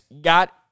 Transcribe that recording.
got